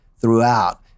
throughout